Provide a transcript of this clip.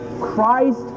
Christ